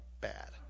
bad